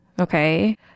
Okay